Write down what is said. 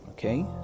Okay